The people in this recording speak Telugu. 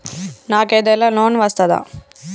నాకు ఏదైనా లోన్ వస్తదా?